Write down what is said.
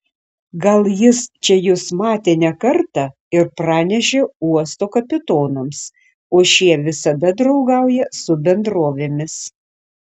gal jis čia jus matė ne kartą ir pranešė uosto kapitonams o šie visada draugauja su bendrovėmis